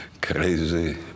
crazy